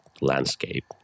landscape